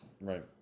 Right